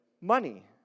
money